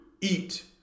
eat